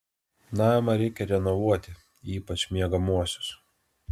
namą reikia renovuoti ypač miegamuosius